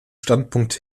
standpunkt